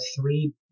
three